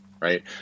right